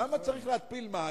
למה צריך להתפיל מים?